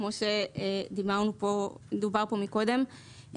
כמו שדובר פה קודם,